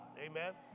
Amen